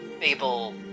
Fable